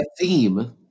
theme